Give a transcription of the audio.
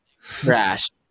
crashed